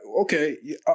Okay